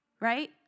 right